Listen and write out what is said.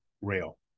rail